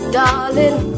darling